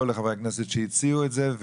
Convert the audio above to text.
לחברי הכנסת שהציעו את זה,